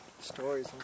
stories